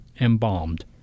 embalmed